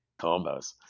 combos